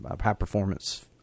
high-performance